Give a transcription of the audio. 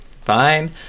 fine